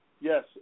yes